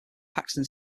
paxton